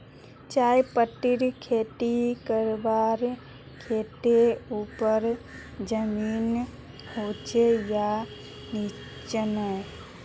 चाय पत्तीर खेती करवार केते ऊपर जमीन होचे या निचान?